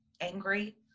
Angry